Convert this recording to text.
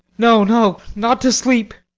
no, no not to sleep!